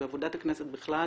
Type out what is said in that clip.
ועבודת הכנסת בכלל